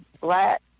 Black